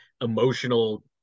emotional